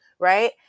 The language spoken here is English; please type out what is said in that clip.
right